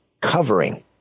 covering